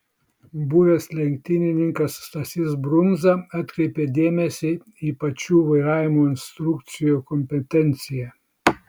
buvęs lenktynininkas stasys brundza atkreipia dėmesį į pačių vairavimo instruktorių kompetenciją